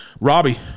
Robbie